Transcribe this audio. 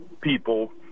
people